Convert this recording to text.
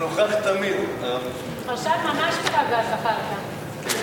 עכשיו ממש תירגע, זחאלקה.